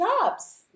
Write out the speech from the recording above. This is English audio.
jobs